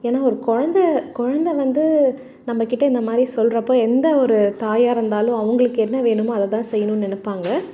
ஏன்னால் ஒரு கொழந்தை கொழந்தை வந்து நம்மகிட்ட இந்த மாதிரி சொல்லுறப்போ எந்த ஒரு தாயாக இருந்தாலும் அவங்களுக்கு என்ன வேணுமோ அதைதான் செய்யணும்னு நினைப்பாங்க